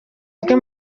bwe